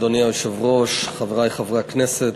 אדוני היושב-ראש, חברי חברי הכנסת,